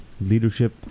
leadership